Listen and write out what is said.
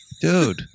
Dude